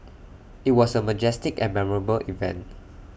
IT was A majestic and memorable event